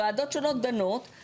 וועדות שונות דנות,